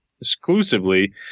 exclusively